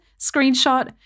screenshot